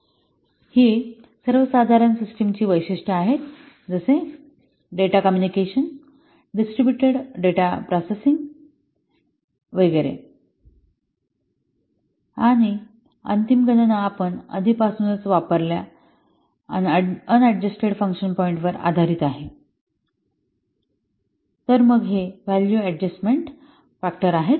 र ही सर्वसाधारण सिस्टीमची वैशिष्ट्ये आहेत जसे डेटा कॉम्युनिकेशन डिस्ट्रीब्युटेड डेटा प्रोसससिंग वैगरे आणि अंतिम गणना आपण आधीपासूनच वापरलेल्या अन अडजस्टेड फंक्शन पॉईंट वर आधारित आहे मग हे व्हॅल्यू अडजस्टमेन्ट फॅक्टर आहे